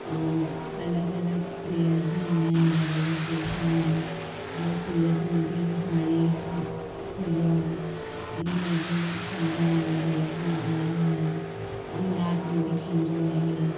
ऐं अलॻि अलॻि प्लेयर बि ईंदा आहिनि अलॻि अलॻि देशनि मां जीअं सूरत में बि हाणे हिकु खुलियो आहे उन में बि सभु ॼणा अलॻि अलॻि मां आहिया हुआ अहमदाबाद में बि थींदो आहे